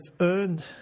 earned